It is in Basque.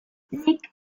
nik